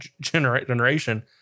generation